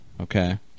okay